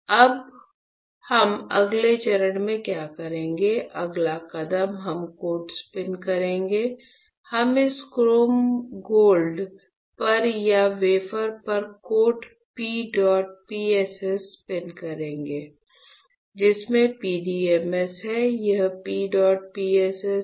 अब हम अगले चरण में क्या करेंगे अगला कदम हम कोट स्पिन करेंगे हम इस क्रोम गोल्ड पर या वेफर पर coat P dot PSS spin करेंगे जिसमें PDMS है यह P डॉट PSS है